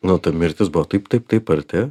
nu ta mirtis buvo taip taip taip arti